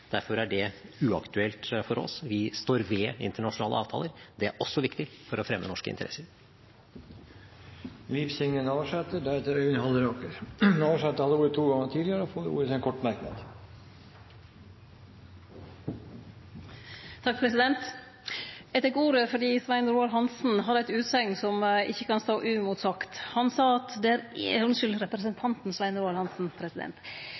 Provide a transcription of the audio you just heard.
Derfor er det uaktuelt for oss. Vi står ved internasjonale avtaler. Det er også viktig for å fremme norske interesser. Representanten Liv Signe Navarsete har hatt ordet to ganger tidligere og får ordet til en kort merknad, begrenset til 1 minutt. Eg tek ordet fordi representanten Svein Roald Hansen har ei utsegn som ikkje kan stå uimotsagt. Han sa at det er